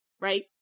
right